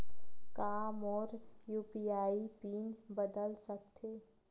का मोर UPI PIN बदल सकथे?